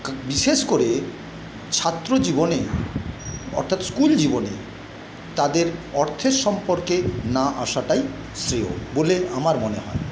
বিশেষ করে ছাত্র জীবনে অর্থাৎ স্কুল জীবনে তাদের অর্থের সম্পর্কে না আসাটাই শ্রেয় বলে আমার মনে হয়